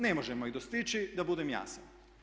Ne možemo ih dostići da budem jasan.